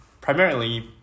primarily